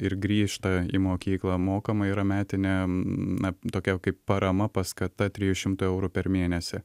ir grįžta į mokyklą mokama yra metinė na tokia kaip parama paskata trijų šimtų eurų per mėnesį